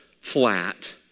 flat